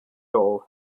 hole